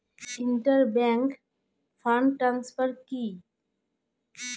Inter bank fund transfer কি?